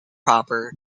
proper